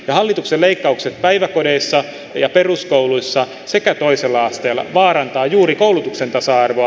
hallituksen leikkaukset päiväkodeissa ja peruskouluissa sekä toisella asteella vaarantavat juuri koulutuksen tasa arvoa